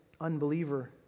unbeliever